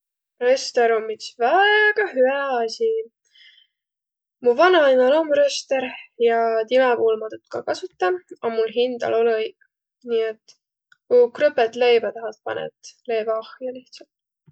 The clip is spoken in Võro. Röster om üts väega hüä asi. Mu vanaimäl om röster ja timä puul ma tuud ka kasuta. A mul hindäl olõ õiq. Nii et ku krõpõt leibä tahat, panõt leevä ahjo lihtsält.